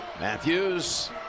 Matthews